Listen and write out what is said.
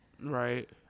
Right